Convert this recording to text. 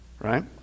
right